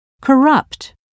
Corrupt